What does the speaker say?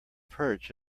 perch